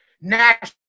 national